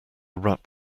wrap